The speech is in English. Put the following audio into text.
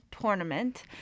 tournament